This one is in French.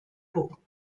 pau